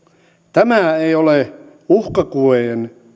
tämä ei ole uhkakuvien